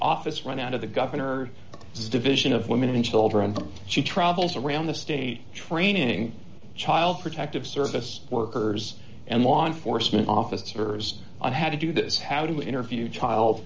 office run out of the governor's is division of women and children but she travels around the state training child protective service workers and law enforcement officers on how to do this how to interview child